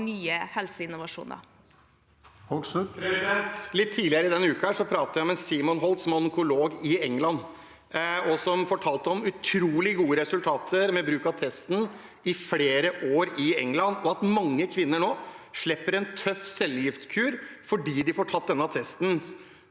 Hoksrud (FrP) Tidligere i denne uken snakket jeg med Simon Holt, som er onkolog i England, som fortalte om utrolig gode resultater ved bruk av testen i flere år i England, og at mange kvinner nå slipper en tøff cellegiftkur fordi de får tatt denne testen.